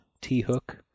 T-hook